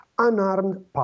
Unarmed